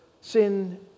sin